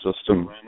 system